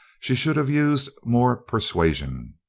she should have used more persuasion